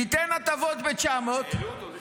ניתן הטבות ב-900 --- העלו אותו ב-2.